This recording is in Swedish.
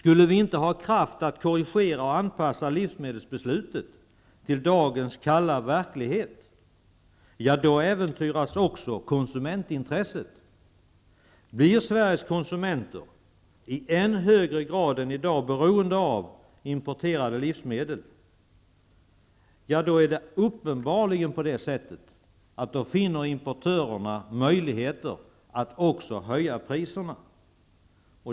Om vi inte har kraft att korrigera och anpassa livsmedelsbeslutet till dagens kalla verklighet äventyras också konsumentintresset. Om Sveriges konsumenter i än högre grad än i dag blir beroende av importerade livsmedel, finner importörerna uppenbara möjligheter att också höja priserna.